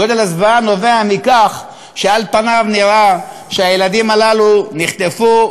גודל הזוועה נובע מכך שעל פניו נראה שהילדים הללו נחטפו,